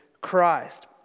Christ